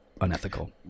unethical